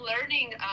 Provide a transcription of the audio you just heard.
learning